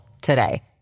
today